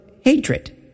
hatred